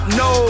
no